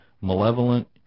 malevolent